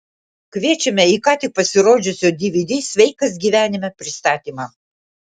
kviečiame į ką tik pasirodžiusio dvd sveikas gyvenime pristatymą